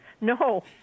No